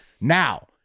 now